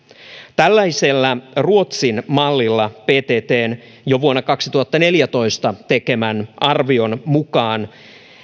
tällaisella ruotsin mallilla pttn jo vuonna kaksituhattaneljätoista tekemän arvion mukaan